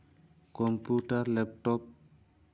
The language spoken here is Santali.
computer laptop